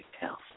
health